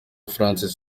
francis